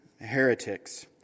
heretics